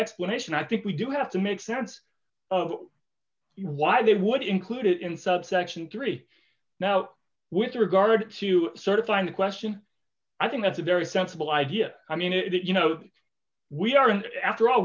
explanation i think we do have to make sense of why they would include it in subsection three now with regard to certifying the question i think that's a very sensible idea i mean it you know we aren't after all